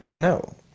no